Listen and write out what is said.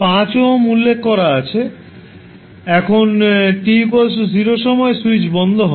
5 ohm উল্লেখ করা আছে এখন t 0 সময়ে সুইচ বন্ধ হয়